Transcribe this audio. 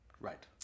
Right